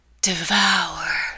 Devour